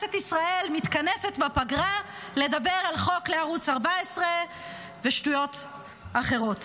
וכנסת ישראל מתכנסת בפגרה לדבר על חוק לערוץ 14 ושטויות אחרות.